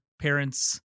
parents